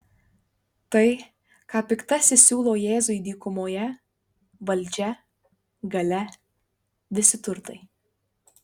tai ką piktasis siūlo jėzui dykumoje valdžia galia visi turtai